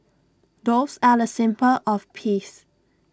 doves are A symbol of peace